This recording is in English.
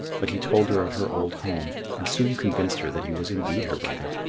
but he told her of her old home, and soon convinced her that he was indeed her brother.